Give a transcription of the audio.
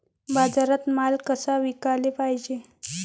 बाजारात माल कसा विकाले पायजे?